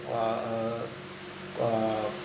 a a a a